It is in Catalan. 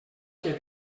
que